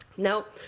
now,